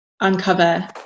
uncover